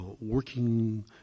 working